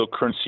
cryptocurrency